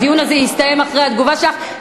הדיון הזה יסתיים אחרי התגובה שלך,